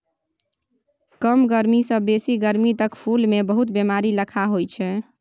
कम गरमी सँ बेसी गरमी तक फुल मे बहुत बेमारी लखा होइ छै